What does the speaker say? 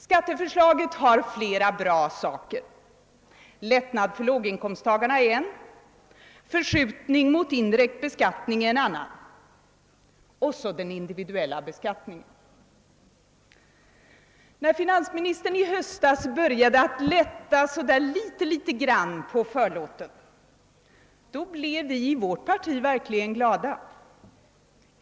Skatteförslaget har flera bra inslag: lättnad för låginkomsttagarna, förskjutning mot indirekt beskattning, indivi När finansministern i höstas började lätta litet på förlåten blev vi i vårt parti verkligen glada.